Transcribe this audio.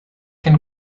can